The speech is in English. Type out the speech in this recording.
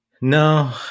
No